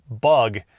bug